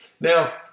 Now